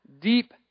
deep